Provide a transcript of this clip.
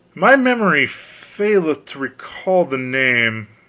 my memory faileth to recall the name.